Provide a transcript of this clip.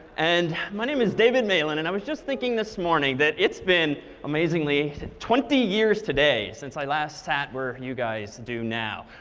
and my name is david malan, and i was just thinking this morning, it's been amazingly twenty years today since i last sat where you guys do now.